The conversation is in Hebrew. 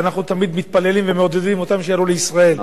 ואנחנו תמיד מתפללים ומעודדים אותם שיעלו לישראל,